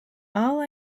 all